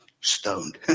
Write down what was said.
stoned